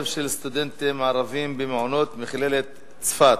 סטודנטים ערבים במעונות מכללת צפת,